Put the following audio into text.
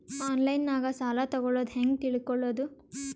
ಆನ್ಲೈನಾಗ ಸಾಲ ತಗೊಳ್ಳೋದು ಹ್ಯಾಂಗ್ ತಿಳಕೊಳ್ಳುವುದು?